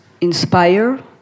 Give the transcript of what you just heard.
inspire